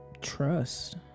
trust